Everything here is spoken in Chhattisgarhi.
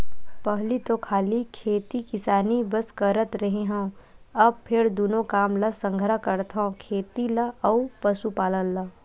पहिली तो खाली खेती किसानी बस करत रेहे हँव, अब फेर दूनो काम ल संघरा करथव खेती ल अउ पसुपालन ल